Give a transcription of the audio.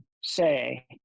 say